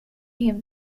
him